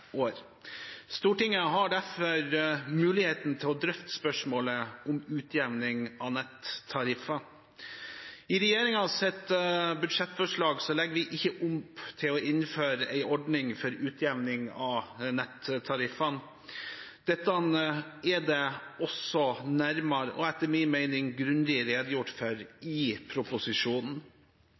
år. Stortinget har derfor muligheten til å drøfte spørsmålet om utjevning av nettariffer. I regjeringens budsjettforslag legger vi ikke opp til å innføre en ordning for utjevning av nettariffene. Dette er det nærmere og, etter min mening, grundig redegjort for i proposisjonen.